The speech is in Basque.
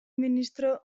ministro